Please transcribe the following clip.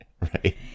right